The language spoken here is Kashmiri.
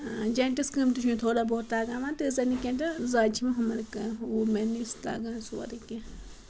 جینٹٕس قۭمتہِ چھِ مےٚ تھوڑا بہت تَگاوان تیٖژ زَن یہِ کیٚنٛہہ تہٕ زیادٕ چھِ مےٚ ہُمر کانٛہہ وُمٮ۪ن یُس تَگان سورُے کینٛہہ